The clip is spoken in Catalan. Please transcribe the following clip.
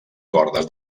cordes